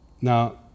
Now